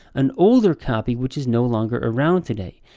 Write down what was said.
an older copy which is no longer around today.